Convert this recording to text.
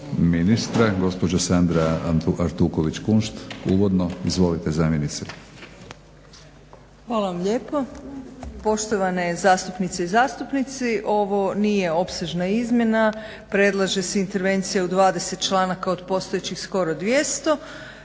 ministra gospođa Sandra Artuković-Kunšt, uvodno. Izvolite zamjenice. **Artuković Kunšt, Sandra** Hvala vam lijepo. Poštovane zastupnice i zastupnici. Ovo nije opsežna izmjena. Predlaže se intervencija u 20 članaka od postojećih skoro 200.